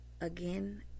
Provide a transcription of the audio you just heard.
again